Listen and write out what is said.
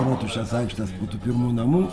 rotušės aikštės būtų pirmų namų